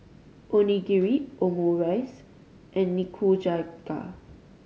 Onigiri Omurice and Nikujaga